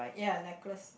ya necklaces